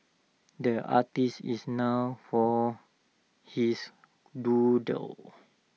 the artist is known for his doodles